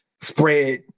spread